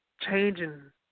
changing